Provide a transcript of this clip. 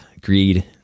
greed